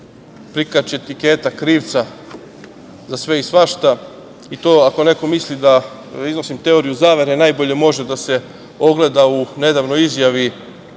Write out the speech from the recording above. prikači etiketa krivca za sve i svašta. Ako neko misli da iznosim teoriju zavere, to najbolje može da se ogleda u nedavnoj izjavi